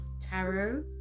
tarot